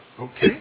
Okay